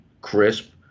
crisp